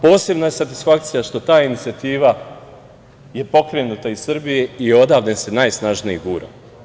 Posebna je satisfakcija što taj inicijativa je pokrenuta iz Srbije i odavde se najsnažnije gura.